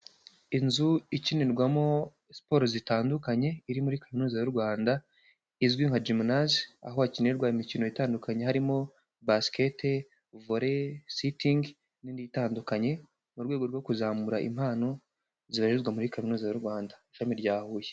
Inzu ikinirwamo siporo zitandukanye. Iri muri kaminuza y'u Rwanda izwi nka Jimunase. Aho hakinirwa imikino itandukanye harimo, basikete, vole, sitingi n'indi itandukanye. Mu rwego rwo kuzamura impano, zibarizwa muri kaminuza y'u Rwanda ishami rya Huye.